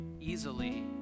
easily